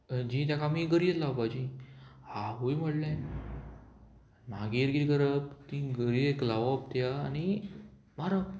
जी तेका आमी गरयेक लावपाची आवय म्हणलें मागीर कितें करप तीं गरयेक लावप त्या आनी मारप